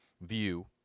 view